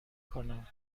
کنم